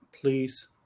Please